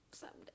someday